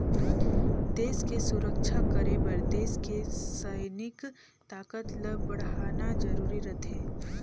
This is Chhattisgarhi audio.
देस के सुरक्छा करे बर देस के सइनिक ताकत ल बड़हाना जरूरी रथें